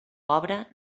pobre